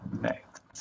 next